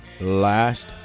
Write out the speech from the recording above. last